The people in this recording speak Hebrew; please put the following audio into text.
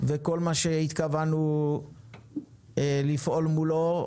וכל מה שהתכוונו לפעול מולו,